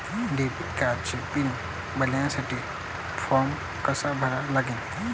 Debit कार्डचा pin बदलासाठी form कसा भरा लागन?